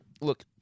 look